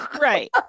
Right